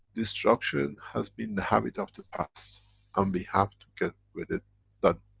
destruction has been the habit of the past and we have to get with it that.